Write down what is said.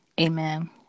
Amen